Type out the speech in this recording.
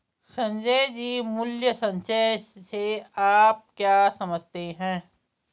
संजय जी, मूल्य संचय से आप क्या समझते हैं?